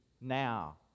now